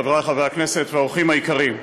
חברי חברי הכנסת והאורחים היקרים,